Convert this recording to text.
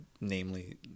namely